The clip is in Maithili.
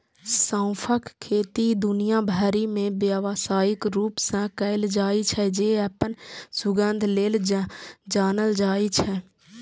सौंंफक खेती दुनिया भरि मे व्यावसायिक रूप सं कैल जाइ छै, जे अपन सुगंध लेल जानल जाइ छै